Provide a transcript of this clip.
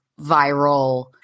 viral